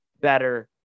better